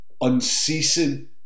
unceasing